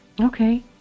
Okay